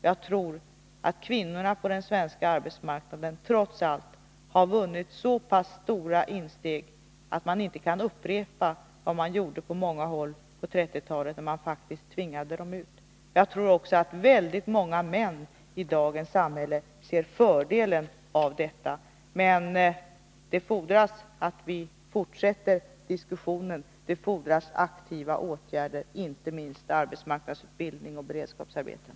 Jag tror att kvinnorna trots allt har vunnit så pass stora insteg på den svenska arbetsmarknaden att man inte kan upprepa vad man gjorde på många håll på 1930-talet, när man faktiskt tvingade kvinnorna ut från arbetsmarknaden. Jag tror också att väldigt många män i dagens samhälle ser fördelen i detta. Men det fordras att vi fortsätter diskussionen. Det fordras aktiva åtgärder, inte minst arbetsmarknadsutbildning och beredskapsarbeten.